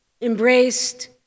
embraced